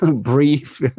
brief